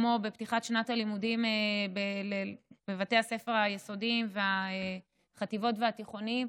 כמו בפתיחת שנת הלימודים בבתי הספר היסודיים והחטיבות והתיכוניים,